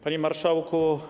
Panie Marszałku!